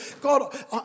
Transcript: God